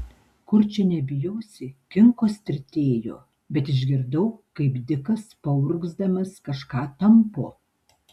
kur čia nebijosi kinkos tirtėjo bet išgirdau kaip dikas paurgzdamas kažką tampo